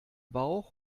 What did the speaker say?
bauch